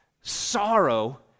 sorrow